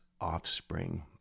offspring